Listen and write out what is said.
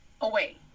away